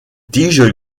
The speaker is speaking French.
tiges